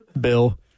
Bill